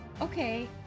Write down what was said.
Okay